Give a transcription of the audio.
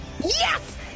Yes